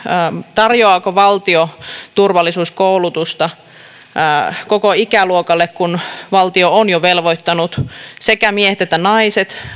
tarjoaako valtio turvallisuuskoulutusta nyt koko ikäluokalle kun valtio on jo velvoittanut sekä miehet että naiset